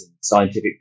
scientific